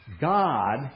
God